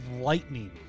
lightning